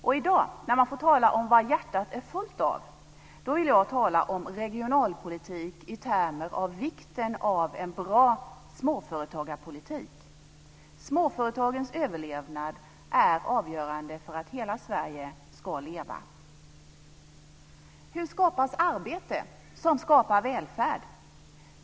I dag, när man får tala om vad hjärtat är fullt av, vill jag tala om regionalpolitik i termer av vikten av en bra småföretagarpolitik. Småföretagens överlevnad är avgörande för att hela Sverige ska leva. Hur skapas arbete som skapar välfärd?